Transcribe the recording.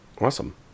Awesome